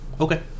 Okay